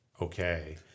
okay